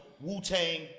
Wu-Tang